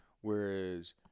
whereas